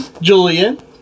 Julian